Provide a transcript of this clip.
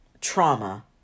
trauma